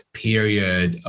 period